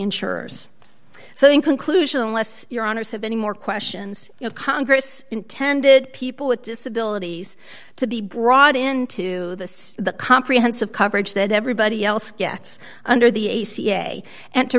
insurers so in conclusion unless your honour's have any more questions congress intended people with disabilities to be brought into this the comprehensive coverage that everybody else gets under the a c a and to